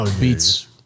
beats